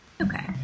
Okay